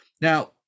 Now